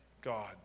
God